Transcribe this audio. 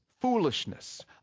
foolishness